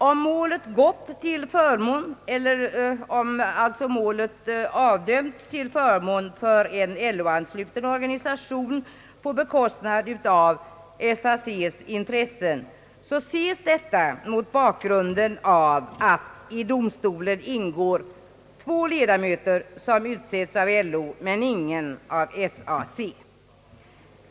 Om målet avdömts till förmån för en LO-ansluten organisation på bekostnad av SAC:s intressen ses detta mot bakgrunden av att i domstolen ingår två ledamöter som utsetts av LO, men ingen av SAC.